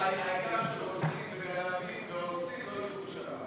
העיקר שרוצחים וגנבים ואונסים לא ייסעו בשבת.